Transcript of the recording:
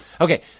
okay